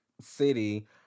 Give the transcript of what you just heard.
city